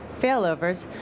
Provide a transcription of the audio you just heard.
failovers